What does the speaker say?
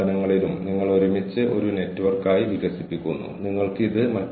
ഭാവിയിലേക്കുള്ള കാഴ്ചപ്പാടുമായി സ്വയം യോജിപ്പിക്കാനാണ് നമ്മൾ ഇത് ചെയ്യുന്നത്